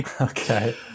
okay